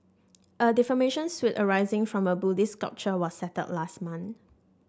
a defamation suit arising from a Buddhist sculpture was settled last month